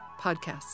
podcasts